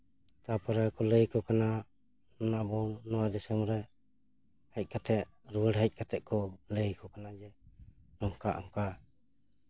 ᱛᱟᱨᱯᱚᱨᱮ ᱠᱚ ᱞᱟᱹᱭ ᱠᱚ ᱠᱟᱱᱟ ᱚᱱᱟ ᱵᱚᱱ ᱱᱚᱣᱟ ᱫᱤᱥᱚᱢ ᱨᱮ ᱦᱮᱡ ᱠᱟᱛᱮ ᱨᱩᱣᱟᱹᱲ ᱦᱮᱡ ᱠᱟᱛᱮ ᱠᱚ ᱞᱟᱹᱭ ᱟᱠᱚ ᱠᱟᱱᱟ ᱡᱮ ᱱᱚᱝᱠᱟ ᱚᱱᱠᱟ